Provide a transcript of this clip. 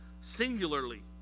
singularly